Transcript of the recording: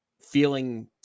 feeling